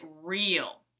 real